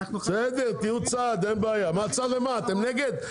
בסדר, תהיו צד, אין בעיה, אתם נגד?